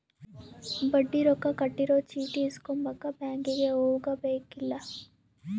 ಬಡ್ಡಿ ರೊಕ್ಕ ಕಟ್ಟಿರೊ ಚೀಟಿ ಇಸ್ಕೊಂಬಕ ಬ್ಯಾಂಕಿಗೆ ಹೊಗದುಬೆಕ್ಕಿಲ್ಲ